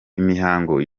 imihango